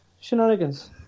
shenanigans